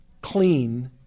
clean